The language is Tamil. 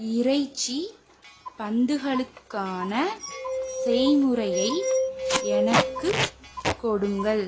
இறைச்சி பந்துகளுக்கான செய்முறையை எனக்குக் கொடுங்கள்